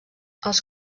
els